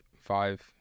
five